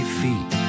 feet